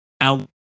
out